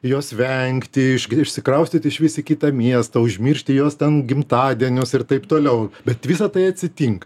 jos vengti išsikraustyti iš vis į kitą miestą užmiršti jos ten gimtadienius ir taip toliau bet visa tai atsitinka